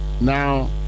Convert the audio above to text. Now